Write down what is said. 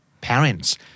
parents